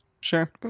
sure